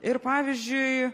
ir pavyzdžiui